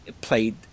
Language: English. played